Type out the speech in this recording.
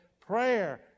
prayer